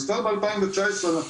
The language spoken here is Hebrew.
אז כבר ב-2019 אנחנו